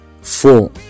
four